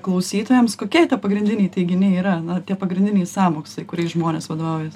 klausytojams kokie pagrindiniai teiginiai yra na tie pagrindiniai sąmokslai kuriais žmonės vadovaujasi